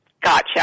Gotcha